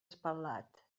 espatlat